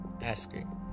asking